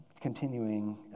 continuing